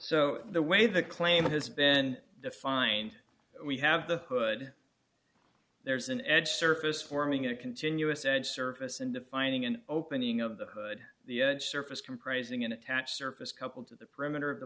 so the way the claim has been defined we have the hood there's an edge surface forming a continuous edge surface and defining an opening of the hood the surface comprising an attached surface coupled to the perimeter of the